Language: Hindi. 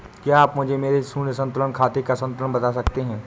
क्या आप मुझे मेरे शून्य संतुलन खाते का संतुलन बता सकते हैं?